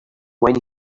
when